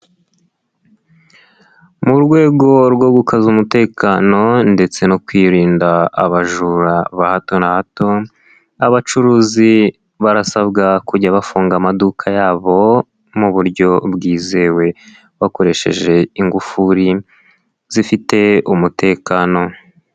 Mu rwego rwo gukaza umutekano ndetse no kwirinda abajura ba hato na hato, abacuruzi barasabwa kujya bafunga amaduka yabo mu buryo bwizewe bakoresheje ingufuri zifite umutekano.